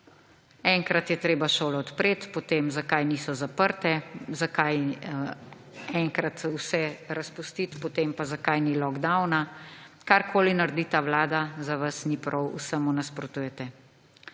Enkrat je treba šole odpreti, potem zakaj niso zaprte, enkrat vse razpustiti, potem pa zakaj ni lockdowna. Karkoli naredi ta vlada, za vas ni prav, vsemu nasprotujete.